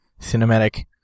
cinematic